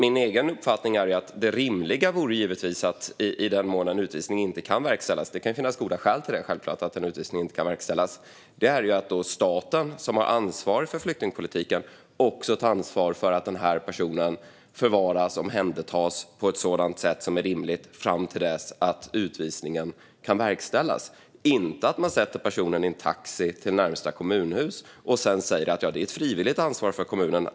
Min egen uppfattning är att det rimliga givetvis vore att - i den mån en utvisning inte kan verkställas, det kan självklart finnas goda skäl till att en utvisning inte kan verkställas - staten, som har ansvar för flyktingpolitiken, också tar ansvar för att personen förvaras och omhändertas på ett sådant sätt som är rimligt fram till dess att utvisningen kan verkställas. Inte att man sätter personen i en taxi till närmaste kommunhus och sedan säger: Det är ett frivilligt ansvar för kommunen.